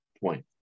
point